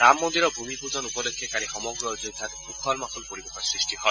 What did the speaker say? ৰাম মন্দিৰৰ ভূমি পুজন উপলক্ষে কালি সমগ্ৰ অযোধ্যাত উখল মাখল পৰিৱেশৰ সৃষ্টি হয়